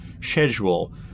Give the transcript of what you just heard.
schedule